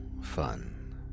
fun